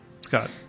Scott